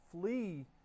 Flee